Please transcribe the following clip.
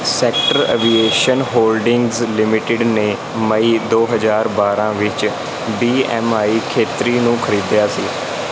sector aviation holdings limited ਨੇ ਮਈ ਦੋ ਹਜ਼ਾਰ ਬਾਰ੍ਹਾਂ ਵਿੱਚ ਬੀ ਐਮ ਆਈ ਖੇਤਰੀ ਨੂੰ ਖਰੀਦਿਆ ਸੀ